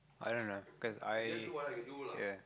i don't know because I ya